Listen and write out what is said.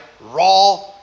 Raw